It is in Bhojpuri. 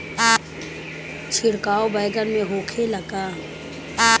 छिड़काव बैगन में होखे ला का?